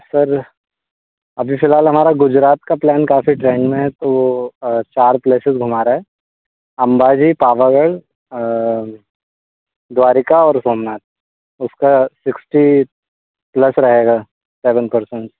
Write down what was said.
sir अभी फिलहाल हमारा गुजरात का प्लैन काफी ट्रेंड में है तो चार प्लेसेस घुमा रहे हैं अंबा जी पावागढ़ द्वारिका और सोमनाथ उसका सिक्स्टी प्लस रहेगा सेवेन पर्सन